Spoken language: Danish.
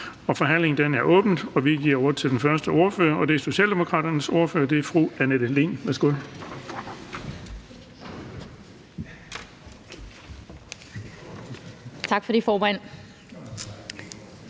Forhandlingen er åbnet, og vi giver ordet til den første ordfører, og det er Socialdemokraternes ordfører, fru Annette Lind. Værsgo. Kl. 16:49 (Ordfører)